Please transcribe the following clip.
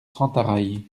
sentaraille